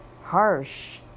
harsh